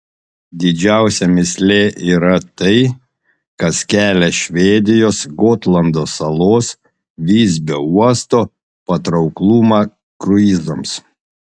didžiausia mįslė yra tai kas kelia švedijos gotlando salos visbio uosto patrauklumą kruizams